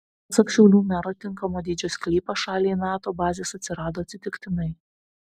pasak šiaulių mero tinkamo dydžio sklypas šaliai nato bazės atsirado atsitiktinai